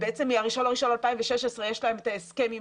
בעצם מה-1.1.2016 יש להם את ההסכם עם